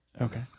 Okay